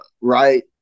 right